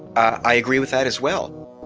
i agree with that as well.